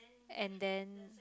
and then